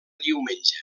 diumenge